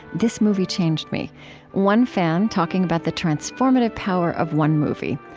this movie changed me one fan talking about the transformative power of one movie.